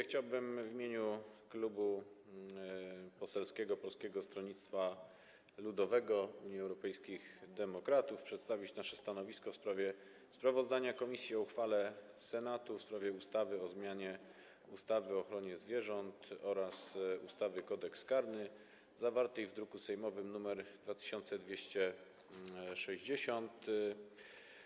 Chciałbym w imieniu Klubu Poselskiego Polskiego Stronnictwa Ludowego - Unii Europejskich Demokratów przedstawić nasze stanowisko w sprawie sprawozdania komisji o uchwale Senatu w sprawie ustawy o zmianie ustawy o ochronie zwierząt oraz ustawy Kodeks karny, druk sejmowy nr 2260.